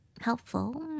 helpful